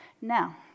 Now